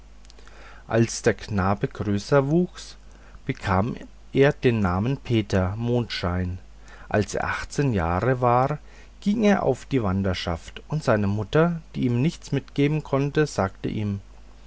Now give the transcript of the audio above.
als der knabe größer wuchs bekam er den namen peter mondschein als er achtzehn jahr war ging er auf die wanderschaft und seine mutter die ihm nichts mitgeben konnte sagte ihm